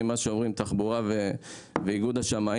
עם מה שאמרו נציגי משרד התחבורה ואיגוד השמאים.